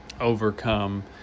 overcome